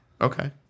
Okay